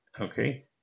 Okay